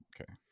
Okay